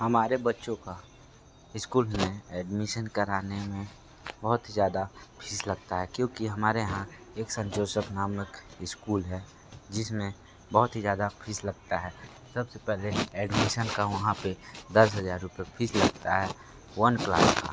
हमारे बच्चों के स्कूल में एडमिसन कराने में बहुत ही ज़्यादा फीस लगती है क्योंकि हमारे यहाँ एक सेंट जोसफ नामक स्कूल है जिस में बहुत ही ज़्यादा फीस लगती है सब से पहले एडमिसन का वहाँ पर दस हज़ार रूपये फीस लगती है वन क्लास का